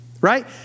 right